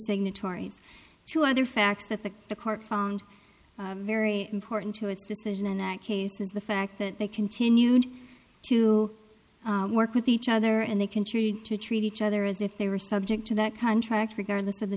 signatories two other facts that the the court found very important to its decision in that case is the fact that they continued to work with each other and they continued to treat each other as if they were subject to that contract regardless of the